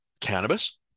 cannabis